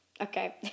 Okay